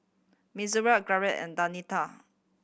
Mitzi Gaige and Denita